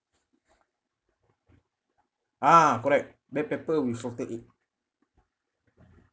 ah correct black pepper with salted egg